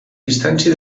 distància